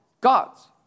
God's